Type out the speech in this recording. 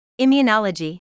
immunology